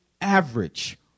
average